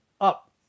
up